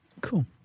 Cool